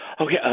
okay